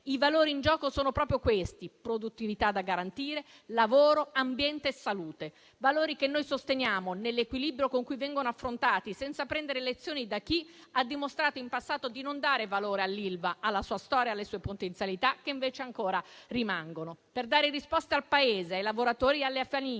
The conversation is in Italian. i valori in gioco sono proprio questi: produttività da garantire, lavoro, ambiente e salute. Valori che noi sosteniamo nell'equilibrio con cui vengono affrontati, senza prendere lezioni da chi ha dimostrato in passato di non dare valore all'Ilva, alla sua storia e alle sue potenzialità, che invece ancora rimangono. Per dare risposte al Paese, ai lavoratori e alle famiglie